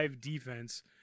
defense